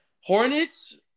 Hornets